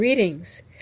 Greetings